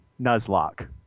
Nuzlocke